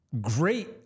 great